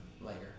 later